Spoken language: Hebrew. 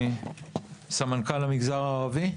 סמנכ"ל המגזר הערבי.